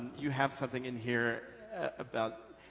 you have something in here about,